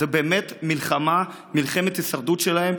זו באמת מלחמה, מלחמת הישרדות שלהם.